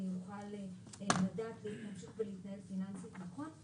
אני אוכל לדעת ולהמשיך להתנהל פיננסית נכון.